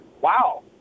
wow